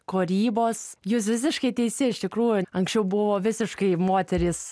kūrybos jūs visiškai teisi iš tikrųjų anksčiau buvo visiškai moterys